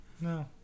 no